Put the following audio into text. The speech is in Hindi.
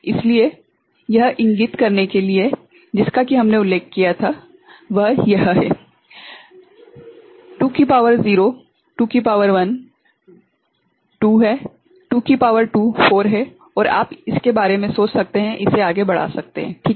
इसलिए यह इंगित करने के लिए जिसका कि हमने उल्लेख किया था वह यह हैं 2 की शक्ति 0 2 की शक्ति 1 2 है 2 की शक्ति 2 4 है और आप इसके बारे में सोच सकते हैं इसे आगे बढ़ा सकते हैं ठीक हैं